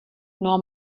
nor